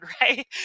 right